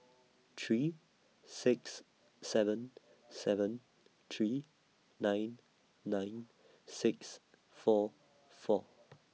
three six seven seven three nine nine six four four